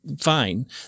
Fine